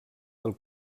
del